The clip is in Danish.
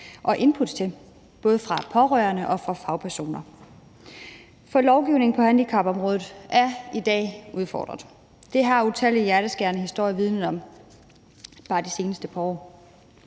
og input til, både fra pårørende og fra fagpersoner. For lovgivningen på handicapområdet er i dag udfordret. Det har utallige hjerteskærende historier vidnet om bare det seneste par år.